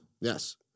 Yes